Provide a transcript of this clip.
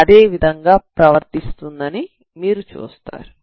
Sxt కూడా అదే విధంగా ప్రవర్తిస్తుందని మీరు చూస్తారు